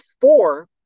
four